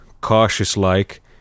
cautious-like